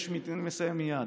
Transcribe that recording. אני מסיים מייד.